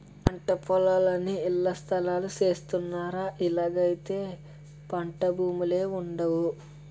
పంటపొలాలన్నీ ఇళ్లస్థలాలు సేసస్తన్నారు ఇలాగైతే పంటభూములే వుండవు